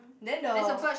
then the